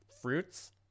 Fruits